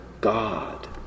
God